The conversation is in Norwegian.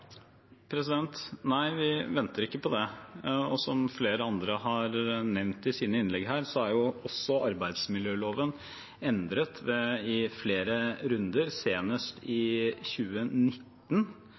Nei, vi venter ikke på det. Som flere andre har nevnt i sine innlegg her, er også arbeidsmiljøloven endret i flere runder. Senest i